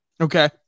Okay